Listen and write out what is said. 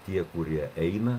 tie kurie eina